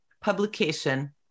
publication